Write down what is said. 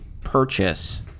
purchase